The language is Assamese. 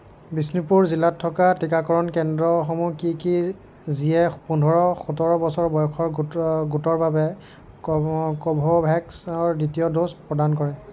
বিষ্ণুপুৰ জিলাত থকা টীকাকৰণ কেন্দ্ৰসমূহ কি কি যিয়ে পোন্ধৰ সোতৰ বছৰ বয়সৰ গোটৰ গোটৰ বাবে কোভো কোভোভেক্সৰ দ্বিতীয় ড'জ প্ৰদান কৰে